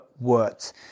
words